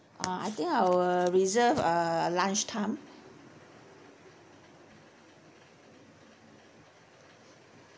uh I think I will reserve uh lunch time